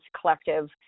collective